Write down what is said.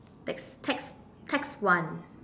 tax tax tax one